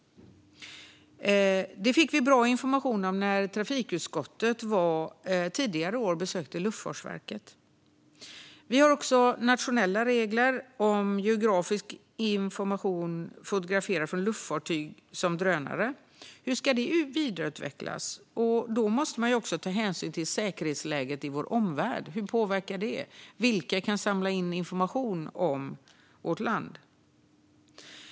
Det fick vi bra information om när trafikutskottet tidigare i år besökte Luftfartsverket. Det finns också nationella regler om geografisk information fotograferad från luftfartyg, till exempel drönare. Hur ska detta vidareutvecklas? Då måste vi även ta hänsyn till säkerhetsläget i vår omvärld. Hur påverkar det? Vilka kan samla in information om vårt land?